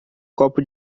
copo